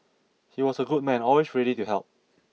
he was a good man always ready to help